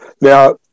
Now